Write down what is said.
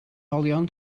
olion